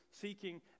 seeking